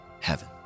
heaven